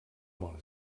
món